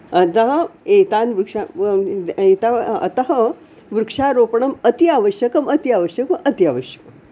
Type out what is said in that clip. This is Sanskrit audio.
अतः एतान् वृक्षान् अतः वृक्षारोपणम् अति आवश्यकम् अति आवश्यकम् अति आवश्यकम्